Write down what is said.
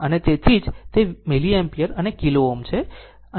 તેથી તેથી જ તે મિલિએમ્પિયર અને કિલો Ω છે